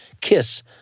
kiss